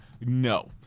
No